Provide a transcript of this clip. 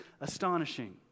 astonishing